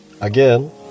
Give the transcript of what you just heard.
again